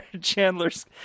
Chandler's